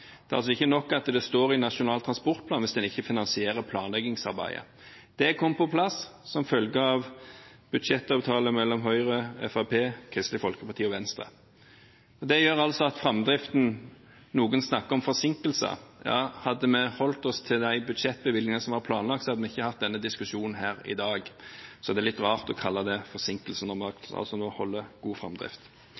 Det er altså ikke nok at det står i Nasjonal transportplan hvis en ikke finansierer planleggingsarbeidet. Det kom på plass som følge av budsjettavtalen mellom Høyre, Fremskrittspartiet, Kristelig Folkeparti og Venstre. Det gjør at det er framdrift. Noen snakker om forsinkelse. Ja, hadde vi holdt oss til de budsjettbevilgningene som var planlagt, hadde vi ikke hatt denne diskusjonen her i dag, så det er litt rart å kalle det forsinkelse når det er god framdrift.